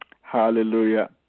hallelujah